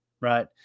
right